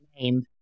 name